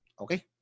Okay